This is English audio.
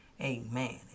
Amen